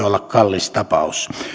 olla kallis tapaus